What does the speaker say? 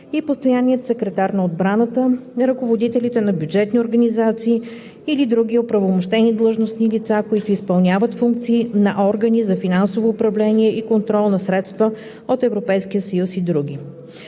и постоянният секретар на отбраната, ръководителите на бюджетни организации или други оправомощени длъжностни лица, които изпълняват функции на органи за финансово управление и контрол на средства от Европейския